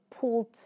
pulled